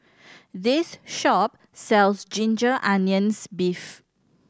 this shop sells ginger onions beef